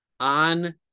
on